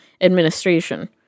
administration